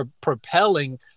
propelling